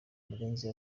murenzi